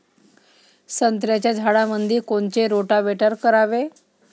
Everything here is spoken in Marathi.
संत्र्याच्या झाडामंदी कोनचे रोटावेटर करावे?